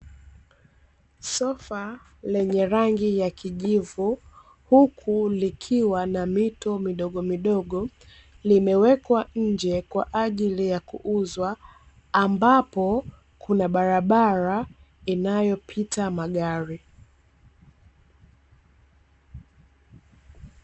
Sofa lenye rangi ya kijivu huku likiwa na mito midogomidogo, limewekwa nje kwaajili kuuzwa ambapo kuna barabara inayopita magari.